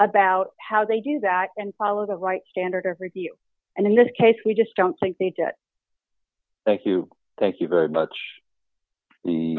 about how they do that and follow the right standard of review and in this case we just don't think they did it thank you thank you very much